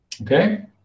Okay